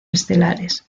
estelares